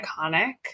iconic